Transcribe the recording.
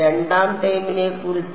രണ്ടാം ടേമിനെക്കുറിച്ച്